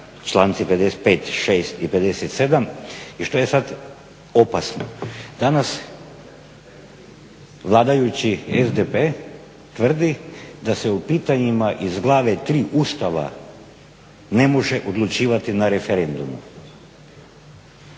članci 55., šest i 57. I što je sad opasno? Danas vladajući SDP tvrdi da se u pitanjima iz Glave III. Ustava ne može odlučivati na referendumu,